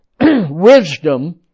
Wisdom